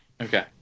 Okay